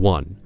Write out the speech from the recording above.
One